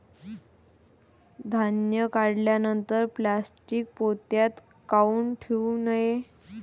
धान्य काढल्यानंतर प्लॅस्टीक पोत्यात काऊन ठेवू नये?